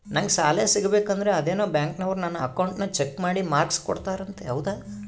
ನಂಗೆ ಸಾಲ ಸಿಗಬೇಕಂದರ ಅದೇನೋ ಬ್ಯಾಂಕನವರು ನನ್ನ ಅಕೌಂಟನ್ನ ಚೆಕ್ ಮಾಡಿ ಮಾರ್ಕ್ಸ್ ಕೋಡ್ತಾರಂತೆ ಹೌದಾ?